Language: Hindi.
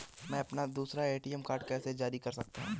मैं अपना दूसरा ए.टी.एम कार्ड कैसे जारी कर सकता हूँ?